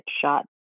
shot